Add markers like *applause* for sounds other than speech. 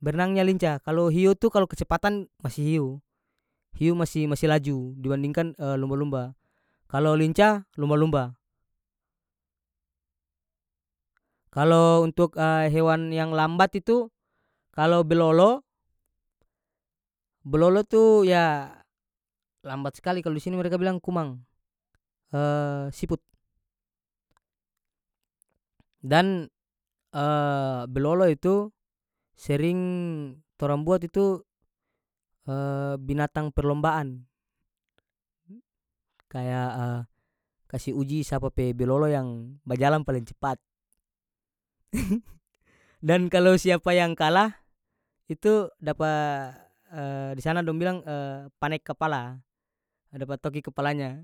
Bernangnya lincah kalo hiu tu kalo kecepatan masih hiu hiu masih- masih laju dibandingkan *hesitation* lumba-lumba kalo lincah lumba-lumba kalo untuk *hesitation* hewan yang lambat itu kalo bilolo blolo tu ya lambat skali kalo di sini mereka bilang kumang *hesitation* siput dan *hesitation* bilolo itu sering torang buat itu *hesitation* binatang perlombaan kaya *hesitation* kasi uji sapa pe bilolo yang bajalang paleng cepat *laughs* dan kalo siapa yang kalah itu dapa *hesitation* di sana dong bilang *hesitation* pane kapala dapa toki kepalanya